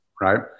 right